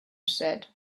said